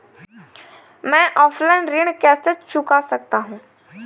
मैं ऑफलाइन ऋण कैसे चुका सकता हूँ?